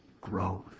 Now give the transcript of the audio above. growth